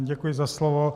Děkuji za slovo.